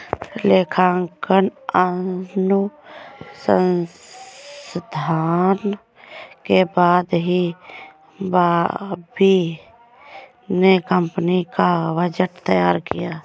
लेखांकन अनुसंधान के बाद ही बॉबी ने कंपनी का बजट तैयार किया